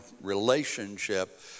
relationship